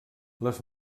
les